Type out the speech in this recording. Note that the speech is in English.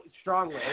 strongly